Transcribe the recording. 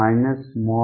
E